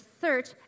search